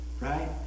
right